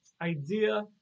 idea